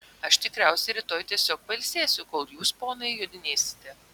aš tikriausiai rytoj tiesiog pailsėsiu kol jūs ponai jodinėsite